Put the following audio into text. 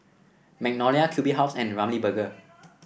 Magnolia Q B House and Ramly Burger